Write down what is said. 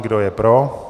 Kdo je pro?